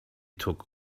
took